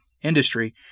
industry